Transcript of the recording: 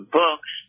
books